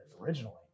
originally